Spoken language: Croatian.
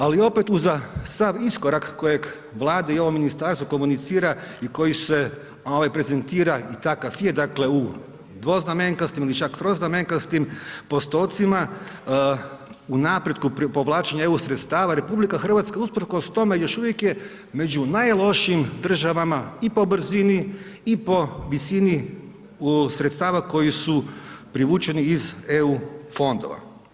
Ali opet uza sav iskorak kojeg Vlada i ovo ministarstvo komunicira i koji se prezentira i takav je u dvoznamenkastim ili čak troznamenkastim postocima u napretku povlačenja eu sredstava RH usprkos tome još uvijek je među najlošijim državama i po brzini i po visini sredstava koji su privučeni iz eu fondova.